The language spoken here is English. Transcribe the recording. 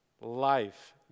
Life